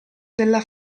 della